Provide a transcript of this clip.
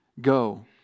Go